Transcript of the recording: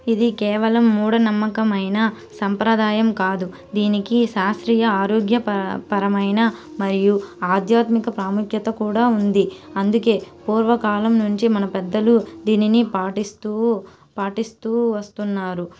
ఇది కేవలం మూఢనమ్మకమైన సంప్రదాయం కాదు దీనికి శాస్త్రీయ ఆరోగ్య ప పరమైన మరియు ఆధ్యాత్మిక ప్రాముఖ్యత కూడా ఉంది అందుకే పూర్వకాలం నుంచి మన పెద్దలు దీనిని పాటిస్తూ పాటిస్తూ వస్తున్నారు